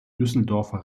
düsseldorfer